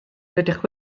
rydych